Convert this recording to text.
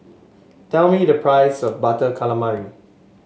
tell me the price of Butter Calamari